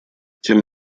тем